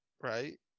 Right